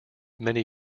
many